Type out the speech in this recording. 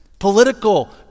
political